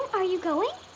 are you going?